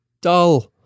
dull